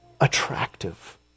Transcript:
attractive